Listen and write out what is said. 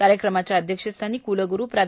कार्यक्रमाच्या अध्यक्षस्थानी कुलगुरू प्रो